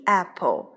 apple